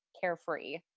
carefree